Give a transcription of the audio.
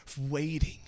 Waiting